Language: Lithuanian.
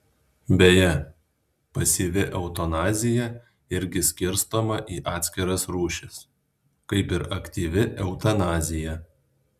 beje pasyvi eutanazija irgi skirstoma į atskiras rūšis kaip ir aktyvi eutanazija